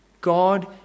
God